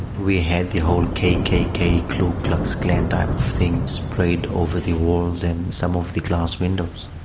we had the whole kkk, ku klux klan type of thing sprayed over the walls and some of the glass windows.